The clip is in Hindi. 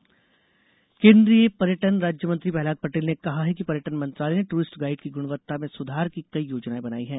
प्रहलाद पटेल केन्द्रीय पर्यटन राज्य मंत्री प्रहलाद पटेल ने कहा है कि पर्यटन मंत्रालय ने टूरिस्ट गाइड की गुणवत्ता में सुधार की कई योजनाएं बनाई हैं